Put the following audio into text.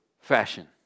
fashion